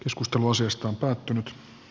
iskusta vuosista on päättynyt